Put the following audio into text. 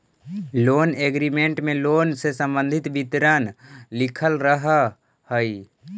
loan agreement में loan से संबंधित विवरण लिखल रहऽ हई